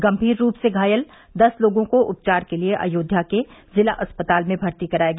गंभीर रूप से घायल दस लोगों को उपचार के लिए अयोध्या के जिला अस्पताल में भर्ती कराया गया